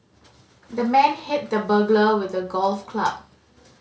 the man hit the burglar with a golf club